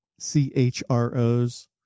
CHROs